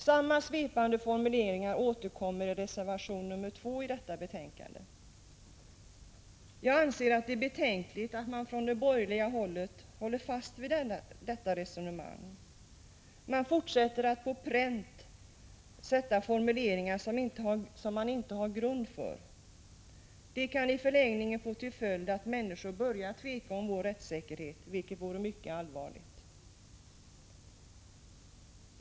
Samma svepande formuleringar återkommer nu i reservation nr 2. Jag anser att det är betänkligt att man från borgerlig sida håller fast vid detta resonemang. Man fortsätter att sätta på pränt formuleringar som man inte har grund för. Det kan i förlängningen få till följd att människor börjar tvivla på vår rättssäkerhet, vilket vore mycket allvarligt.